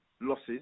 losses